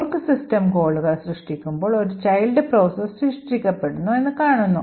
fork system കോളുകൾ സൃഷ്ടിക്കുമ്പോൾ ഒരു ചൈൽഡ് പ്രോസസ്സ് സൃഷ്ടിക്കപ്പെടുന്നു എന്ന് കാണിക്കുന്നു